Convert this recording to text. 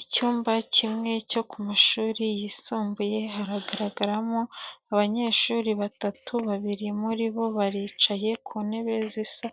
Icyumba kimwe cyo ku mashuri yisumbuye haragaragaramo abanyeshuri batatu babiri muri bo baricaye ku ntebe zisa